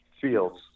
Fields